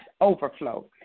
overflow